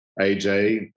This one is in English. AJ